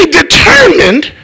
determined